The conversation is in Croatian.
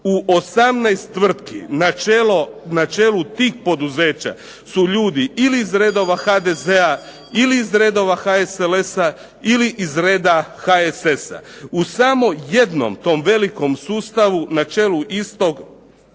u 18 tvrtki na čelu tih poduzeća su ljudi ili iz redova HDZ-a ili iz redova HSLS-a ili iz reda HSS-a. U samo jednom tom velikom sustavu na čelu istog